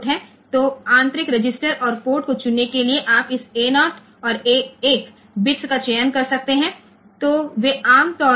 તેથી internal register અને port પસંદ કરવા માટે આપણે તે મુજબ આ A0 અને A1 બિટ્સ પસંદ કરી શકીએ છીએ